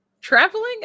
traveling